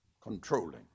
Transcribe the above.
controlling